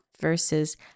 Versus